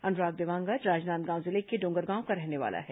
अनुराग देवांगन राजनांदगांव जिले के डोंगरगांव का रहने वाला है